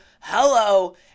hello